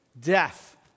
Death